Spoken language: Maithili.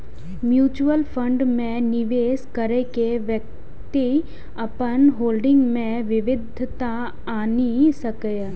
म्यूचुअल फंड मे निवेश कैर के व्यक्ति अपन होल्डिंग मे विविधता आनि सकैए